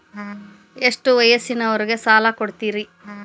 ಎಷ್ಟ ವಯಸ್ಸಿನವರಿಗೆ ಸಾಲ ಕೊಡ್ತಿರಿ?